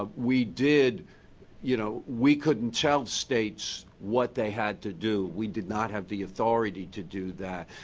ah we did you know we couldn't tell states what they had to do. we did not have the authority to do that.